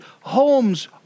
homes